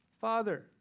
Father